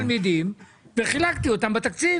לקחתי את מספר התלמידים וחילקתי אותם בתקציב.